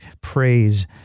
praise